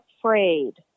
afraid